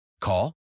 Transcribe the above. Call